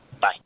Bye